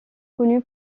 connu